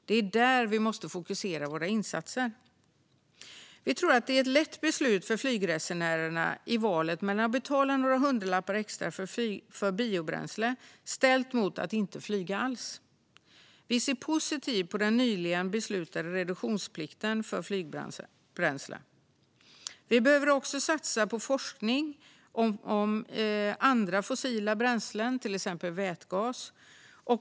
Det är där vi måste fokusera våra insatser. Vi tror att det är ett lätt beslut för flygresenärerna i valet mellan att betala några hundralappar extra för biobränsle och att inte flyga alls. Vi ser positivt på den nyligen beslutade reduktionsplikten för flygbränsle. Vi behöver också satsa på forskning om andra fossila bränslen, till exempel vätgas.